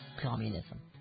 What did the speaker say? communism